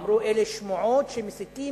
אמרו: אלה שמועות של מסיתים,